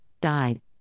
died